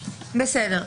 נסביר,